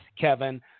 Kevin